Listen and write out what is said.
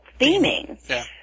theming